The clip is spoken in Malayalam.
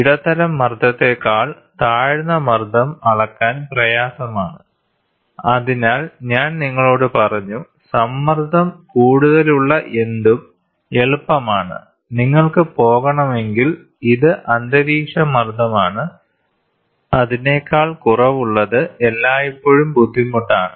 ഇടത്തരം മർദ്ദത്തേക്കാൾ താഴ്ന്ന മർദ്ദം അളക്കാൻ പ്രയാസമാണ് അതിനാൽ ഞാൻ നിങ്ങളോട് പറഞ്ഞു സമ്മർദ്ദം കൂടുതലുള്ള എന്തും എളുപ്പമാണ് നിങ്ങൾക്ക് പോകണമെങ്കിൽ ഇത് അന്തരീക്ഷമർദ്ദമാണ് അതിനേക്കാൾ കുറവുള്ളത് എല്ലായ്പ്പോഴും ബുദ്ധിമുട്ടാണ്